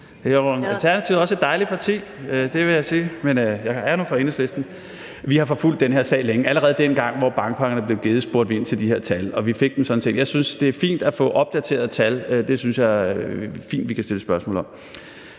Lund (EL): Alternativet er også et dejligt parti. Det vil jeg sige. Men jeg er nu fra Enhedslisten. Vi har forfulgt den her sag længe. Allerede dengang bankpakkerne blev givet, spurgte vi ind til de her tal, og vi fik dem sådan set. Jeg synes, det er fint at få opdaterede tal; det synes jeg fint vi kan stille spørgsmål om.